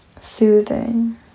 soothing